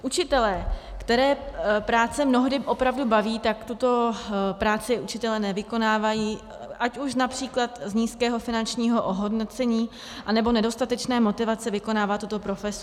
Učitelé, které práce mnohdy opravdu baví, tuto práci nevykonávají, ať už například z nízkého finančního ohodnocení, nebo nedostatečné motivace vykonávat tuto profesi.